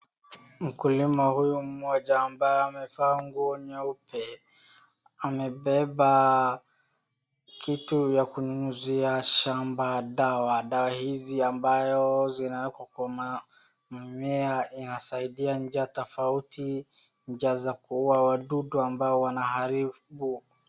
Mkulima huyu mmoja ambaye amevaa nguo nyeupe amebeba kitu ya kunyunyizia shamba dawa. Dawa hizi ambayo zinawekwa kwa mimea inasaidia njia tofauti, njia za kuuwa wadudu ambao wanaharibu